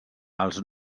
els